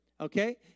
Okay